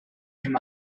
him